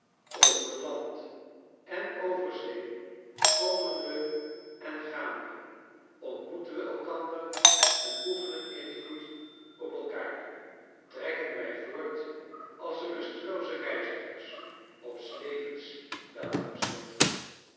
over land en over zee komen we j en gaan we ontmoeten we elkander j en oefenen invloed op elkaar trek ken wrj voort als rustelooze reizi gers op